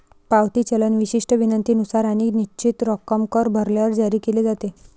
पावती चलन विशिष्ट विनंतीनुसार आणि निश्चित रक्कम कर भरल्यावर जारी केले जाते